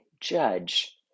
judge